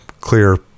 clear